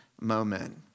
Moment